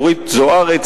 אורית זוארץ,